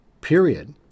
period